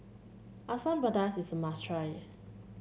Asam Pedas is must try